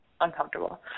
uncomfortable